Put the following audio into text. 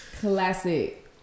classic